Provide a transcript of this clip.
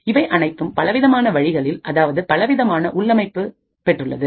இவை அனைத்தும் பலவிதமான வழிகளில் அதாவது பலவிதமான உள் அமைப்பை பெற்றுள்ளது